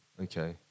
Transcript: Okay